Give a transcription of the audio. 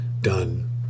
done